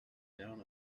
down